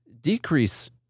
decrease